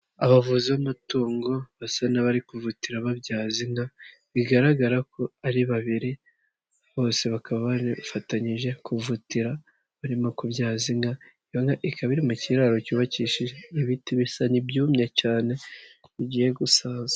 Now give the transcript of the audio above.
Abavuzi b'amatungo basa n'abari kuvutira babyaza inka, bigaragara ko ari babiri, bose bakaba bafatanyije kuvura, barimo kubyaza inka, inka ikaba iri mu kiraro cyubakishije ibiti bisa n'ibyumye cyane, bigiye gusaza.